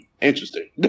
interesting